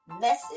message